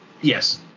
Yes